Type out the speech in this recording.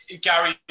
Gary